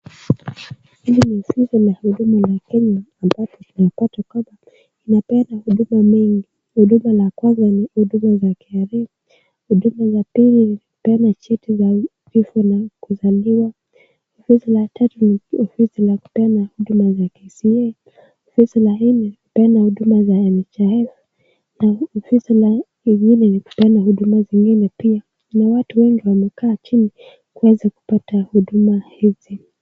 Hii ni ofisi la huduma la Kenya ambapo tunapata kwamba inapeana huduma mingi. Huduma la kwanza ni huduma za kihariri, huduma za pili ni kupeana cheti za vifo na kuzaliwa, ofisi la tatu ni ofisi la kupeana huduma za KCA , ofisi la nne ni kupeana huduma za NHIF , na ofisi ingine ni kupeana huduma zingine pia. Na watu wengi wamekaa chini kuweza kupata huduma hizi.